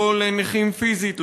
לא לנכים פיזית,